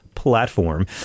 platform